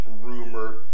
rumor